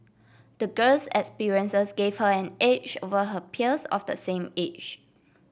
the girl's experiences gave her an edge over her peers of the same age